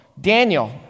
Daniel